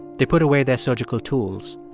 they put away their surgical tools.